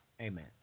Amen